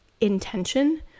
intention